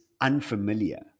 unfamiliar